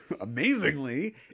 amazingly